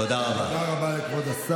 תודה רבה.